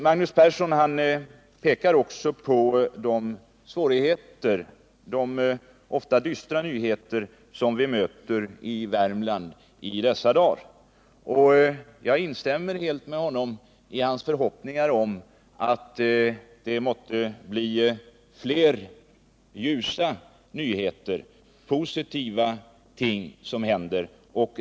Magnus Persson pekar också på de ofta dystra nyheter som vi möter i Värmland i dessa dagar. Jag instämmer helt med honom i hans förhoppningar om att det måtte bli flera ljusa nyheter, positiva ting som händer.